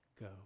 go